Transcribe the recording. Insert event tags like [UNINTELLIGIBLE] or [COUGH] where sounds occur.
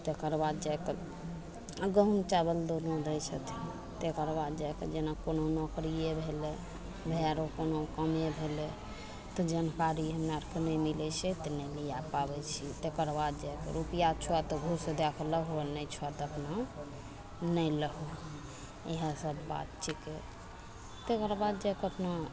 तकर बाद जाकऽ गहुम चावल दुनू दै छथिन तकर बाद जाकऽ जेना कोनो नौकरिये भेलय [UNINTELLIGIBLE] तऽ जानकारी हमरा अरके नहि मिलय छै तऽ नहि लिए पाबय छियै तकर बाद जाकऽ रुपैआ छऽ तऽ घूस दए कऽ [UNINTELLIGIBLE] नहि छऽ तऽ नहि लहो इएह सब बात छिकै तकर बाद जाकऽ अपना